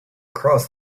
cross